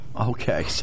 Okay